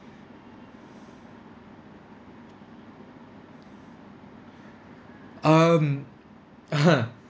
um